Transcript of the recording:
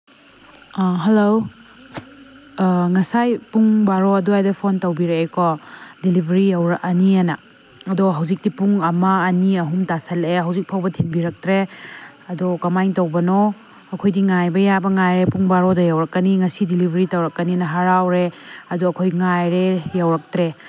hello ꯉꯁꯥꯏ ꯄꯨꯡ ꯕꯥꯔꯣ ꯑꯗꯨꯋꯥꯏꯗ ꯐꯣꯟ ꯇꯧꯕꯤꯔꯛꯑꯦꯀꯣ ꯗꯤꯂꯤꯚꯔꯤ ꯌꯧꯔꯛꯑꯅꯤꯅ ꯑꯗꯣ ꯍꯧꯖꯤꯛꯇꯤ ꯄꯨꯡ ꯑꯃ ꯑꯅꯤ ꯑꯍꯨꯝ ꯇꯥꯁꯤꯜꯂꯛꯑꯦ ꯍꯧꯖꯤꯛ ꯐꯥꯎꯕ ꯊꯤꯟꯕꯤꯔꯛꯇ꯭ꯔꯦ ꯑꯗꯣ ꯀꯃꯥꯏꯅ ꯇꯧꯕꯅꯣ ꯑꯩꯈꯣꯏꯗꯤ ꯉꯥꯏꯕ ꯌꯥꯕ ꯉꯥꯏꯔꯦ ꯄꯨꯡ ꯕꯥꯔꯣꯗ ꯌꯧꯔꯛꯀꯅꯤ ꯉꯁꯤ ꯗꯤꯂꯤꯚꯔꯤ ꯇꯧꯔꯛꯀꯅꯤꯅ ꯍꯔꯥꯎꯔꯦ ꯑꯗꯣ ꯑꯩꯈꯣꯏ ꯉꯥꯏꯔꯦ ꯌꯧꯔꯛꯇ꯭ꯔꯦ